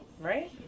Right